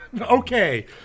Okay